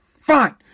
fine